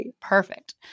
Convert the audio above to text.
perfect